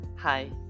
Hi